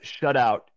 shutout